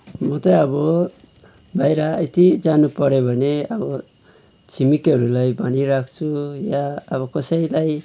म चाहिँ अब बाहिर यदि जानुपर्यो भने अब छिमेकीहरूलाई भनिराख्छु या अब कसैलाई